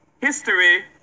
History